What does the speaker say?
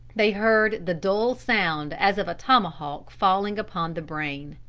they heard the dull sound as of a tomahawk falling upon the brain.